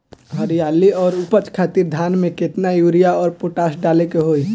हरियाली और उपज खातिर धान में केतना यूरिया और पोटाश डाले के होई?